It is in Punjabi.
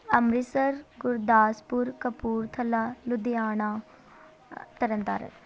ਅੰਮ੍ਰਿਤਸਰ ਗੁਰਦਾਸਪੁਰ ਕਪੂਰਥਲਾ ਲੁਧਿਆਣਾ ਤਰਨਤਾਰਨ